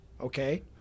okay